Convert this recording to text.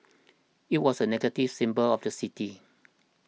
it was a negative symbol of the city